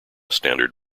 standard